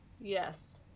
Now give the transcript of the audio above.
Yes